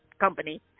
company